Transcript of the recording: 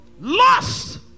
Lost